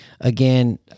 again